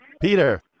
Peter